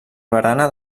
barana